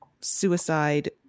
suicide